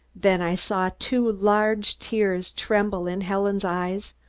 then i saw two large tears tremble in helen's eyes,